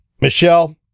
Michelle